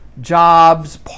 jobs